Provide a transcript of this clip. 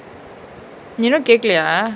நீ இன்னு கேக்கலயா:nee innu kekalayaa